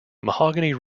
mahogany